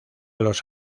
los